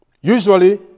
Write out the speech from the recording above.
usually